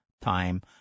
time